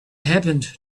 happened